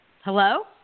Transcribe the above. Hello